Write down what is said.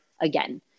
again